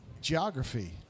Geography